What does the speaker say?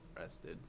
rested